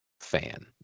fan